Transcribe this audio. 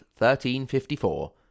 1354